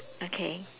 okay